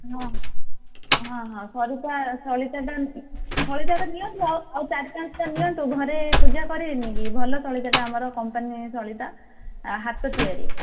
ହଁ ହଁ ହଁ ସରିତା ସଳିତାଟା ସଳିତାଟା ନିଅନ୍ତୁ ଆଉ ଚାରି ପାଞ୍ଚଟା ନିଅନ୍ତୁ ଘରେ ପୂଜା କରିବେନି କି ଭଲ ସଳିତାଟା ଆମର କମ୍ପାନୀ ସଳିତା ହାତ ତିଆରି